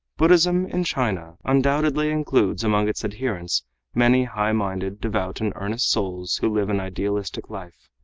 buddhism in china undoubtedly includes among its adherents many high-minded, devout, and earnest souls who live an idealistic life.